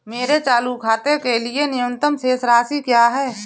मेरे चालू खाते के लिए न्यूनतम शेष राशि क्या है?